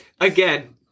Again